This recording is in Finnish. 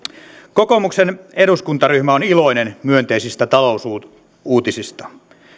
kokoomuksen eduskuntaryhmä on iloinen myönteisistä talousuutisista